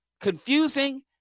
Confusing